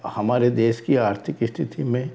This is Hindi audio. हमारे देश की आर्थिक स्थिति में